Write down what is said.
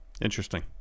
Interesting